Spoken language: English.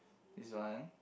this one